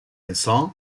vincent